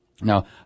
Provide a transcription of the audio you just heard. Now